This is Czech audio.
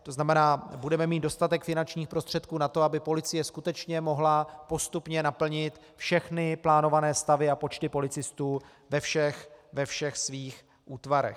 To znamená, budeme mít dostatek finančních prostředků na to, aby policie skutečně mohla postupně naplnit všechny plánované stavy a počty policistů ve všech svých útvarech.